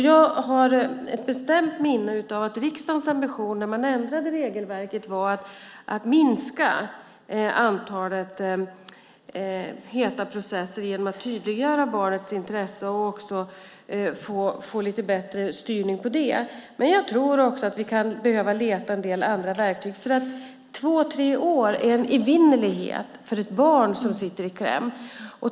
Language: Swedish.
Jag har ett bestämt minne av att riksdagens ambition när man ändrade regelverket var att minska antalet heta processer genom att tydliggöra barnets intresse och få bättre styrning på det. Jag tror att vi också kan behöva söka en del andra verktyg. Två, tre år är en evighet för ett barn som sitter i kläm.